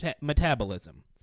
metabolism